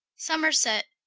somerset,